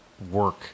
work